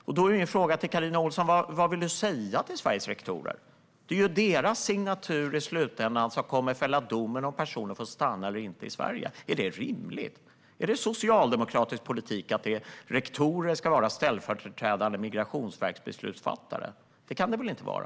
Vad säger du till Sveriges rektorer, Carina Ohlsson? Det är ju deras signatur som i slutänden kommer att fälla domen om personer får stanna i Sverige eller inte. Är det rimligt? Är det socialdemokratisk politik att rektorer ska vara ställföreträdande migrationsverksbeslutsfattare? Det kan det väl inte vara?